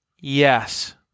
Yes